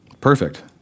Perfect